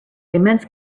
immense